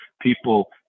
people